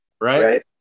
right